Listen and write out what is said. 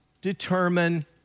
determine